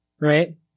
Right